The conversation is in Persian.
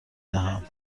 دهم